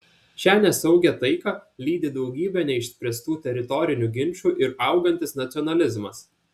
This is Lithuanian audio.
šią nesaugią taiką lydi daugybė neišspręstų teritorinių ginčų ir augantis nacionalizmas